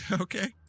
okay